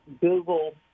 Google